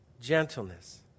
Gentleness